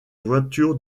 voitures